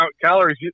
calories